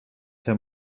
have